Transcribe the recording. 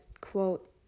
quote